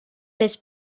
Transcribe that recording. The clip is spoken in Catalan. les